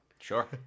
Sure